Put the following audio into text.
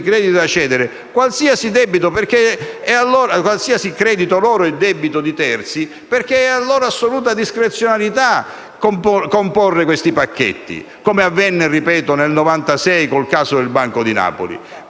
crediti da cedere) qualsiasi loro credito e debito di terzi, perché rientra nella loro assoluta discrezionalità comporre questi pacchetti, come avvenne - ripeto - nel 1996 con il caso del Banco di Napoli.